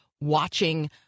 watching